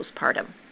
postpartum